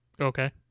okay